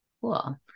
Cool